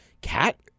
Cat